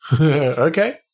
Okay